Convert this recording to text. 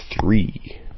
three